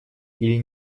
или